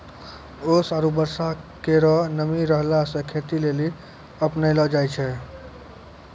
ओस आरु बर्षा केरो नमी रहला सें खेती लेलि अपनैलो जाय छै?